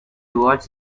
toward